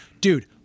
dude